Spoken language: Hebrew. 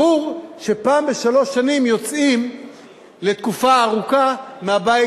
ברור שפעם בשלוש שנים יוצאים לתקופה ארוכה מהבית,